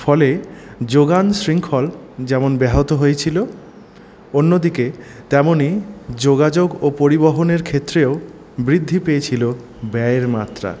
ফলে যোগান শৃঙ্খল যেমন ব্যাহত হয়েছিল অন্যদিকে তেমনই যোগাযোগ ও পরিবহনের ক্ষেত্রেও বৃদ্ধি পেয়েছিলো ব্যায়ের মাত্রা